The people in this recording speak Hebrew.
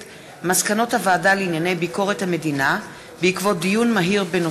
מסקנות הוועדה לענייני ביקורת המדינה בעקבות דיון מהיר בהצעתן של חברות